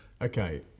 okay